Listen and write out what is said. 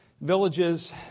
Villages